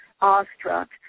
awestruck